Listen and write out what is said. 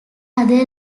other